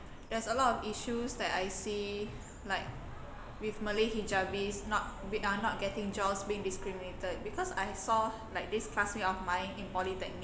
there's a lot of issues that I see like with malay hijabis not uh not getting jobs being discriminated because I saw like this classmate of mine in polytechnic